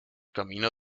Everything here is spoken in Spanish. camino